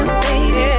baby